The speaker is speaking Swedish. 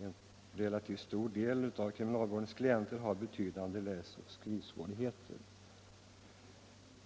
en relativt stor del av kriminalvårdens klienter har betydande läsoch skrivsvårigheter.